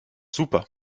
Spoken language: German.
super